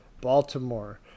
Baltimore